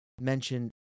mentioned